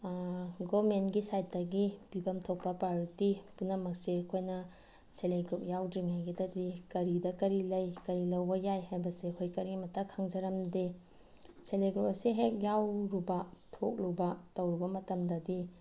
ꯒꯣꯕꯔꯟꯃꯦꯟꯒꯤ ꯁꯥꯏꯠꯇꯒꯤ ꯄꯤꯐꯝ ꯊꯣꯛꯄ ꯄ꯭ꯔꯥꯏꯌꯣꯔꯤꯇꯤ ꯄꯨꯝꯅꯃꯛꯁꯤ ꯑꯩꯈꯣꯏꯅ ꯁꯦꯜꯐ ꯍꯦꯜꯞ ꯒ꯭ꯔꯨꯞ ꯌꯥꯎꯗ꯭ꯔꯤꯉꯩꯒꯤꯗꯗꯤ ꯀꯔꯤꯗ ꯀꯔꯤ ꯂꯩ ꯀꯔꯤ ꯂꯧꯕ ꯌꯥꯏ ꯍꯥꯏꯕꯁꯤ ꯑꯩꯈꯣꯏ ꯀꯔꯤꯃꯇ ꯈꯪꯖꯔꯝꯗꯦ ꯁꯦꯜꯐ ꯍꯦꯜꯞ ꯒ꯭ꯔꯨꯞ ꯑꯁꯦ ꯍꯦꯛ ꯌꯥꯎꯔꯨꯕ ꯊꯣꯛꯂꯨꯕ ꯇꯧꯔꯨꯕ ꯃꯇꯝꯗꯗꯤ